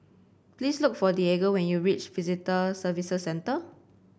please look for Diego when you reach Visitor Service Centre